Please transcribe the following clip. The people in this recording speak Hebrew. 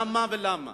למה ולמה.